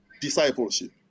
discipleship